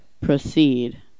Proceed